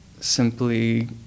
simply